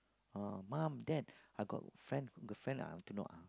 uh mom dad I got friend girlfriend I have to know